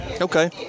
Okay